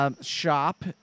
Shop